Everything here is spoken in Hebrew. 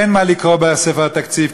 אין מה לקרוא בספר התקציב,